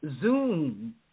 Zoom